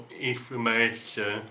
information